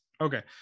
Okay